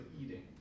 eating